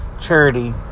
Charity